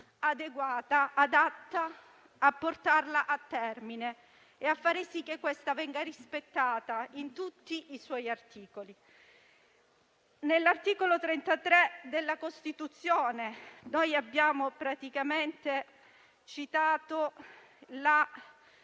adeguata, adatta a portarla a termine e a far sì che venga rispettata in tutti i suoi articoli. Nell'articolo 33 della Costituzione che riguarda la scuola